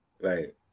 Right